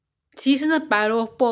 the coconut